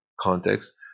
context